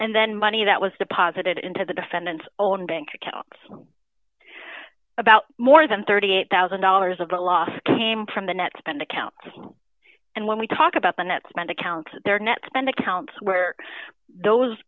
and then money that was deposited into the defendant's own bank accounts about more than thirty eight thousand dollars of the loss came from the net spend account and when we talk about the net spend account their net spending accounts were those